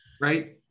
right